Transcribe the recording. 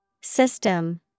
System